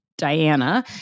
diana